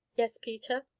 yes, peter?